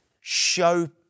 show